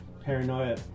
paranoia